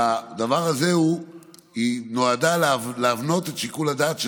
היא נועדה להבנות את שיקול הדעת של